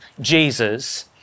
Jesus